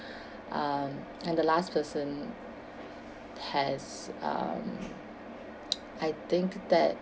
um and the last person has um I think that